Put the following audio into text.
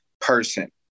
person